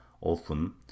often